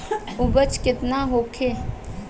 उपज केतना होखे?